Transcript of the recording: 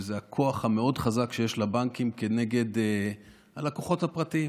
וזה הכוח המאוד חזק שיש לבנקים כנגד הלקוחות הפרטיים.